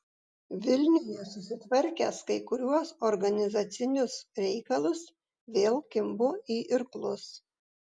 vilniuje susitvarkęs kai kuriuos organizacinius reikalus vėl kimbu į irklus